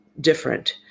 different